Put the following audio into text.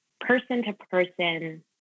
person-to-person